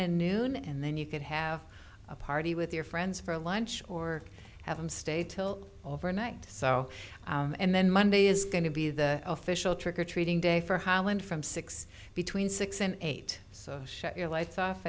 and noon and then you could have a party with your friends for lunch or have them stay till overnight so and then monday is going to be the official trick or treating day for holland from six between six and eight so shut your lights off